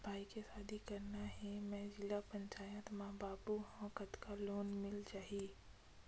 भाई के शादी करना हे मैं जिला पंचायत मा बाबू हाव कतका लोन मिल जाही?